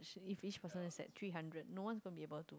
actually each person is at three hundred no one from be above